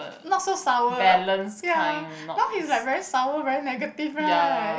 not so sour ya now he's like very sour very negative right